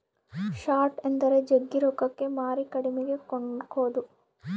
short ಎಂದರೆ ಜಗ್ಗಿ ರೊಕ್ಕಕ್ಕೆ ಮಾರಿ ಕಡಿಮೆಗೆ ಕೊಂಡುಕೊದು